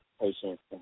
patients